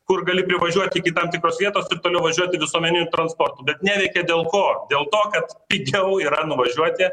kur gali privažiuot iki tam tikros vietos ir toliau važiuoti visuomeniniu transportu bet neveikia dėl ko dėl to kad pigiau yra nuvažiuoti